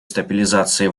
стабилизации